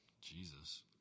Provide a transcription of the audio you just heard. Jesus